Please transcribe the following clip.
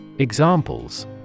Examples